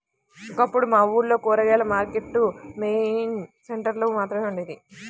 ఒకప్పుడు మా ఊర్లో కూరగాయల మార్కెట్టు మెయిన్ సెంటర్ లో మాత్రమే ఉండేది